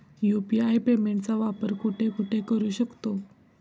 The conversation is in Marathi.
यु.पी.आय पेमेंटचा वापर कुठे कुठे करू शकतो?